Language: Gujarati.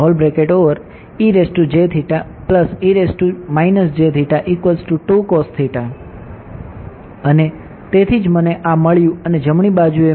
અને તેથી જ મને આ મળ્યું અને જમણી બાજુએ મેં કેન્સલ કર્યું